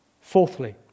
Fourthly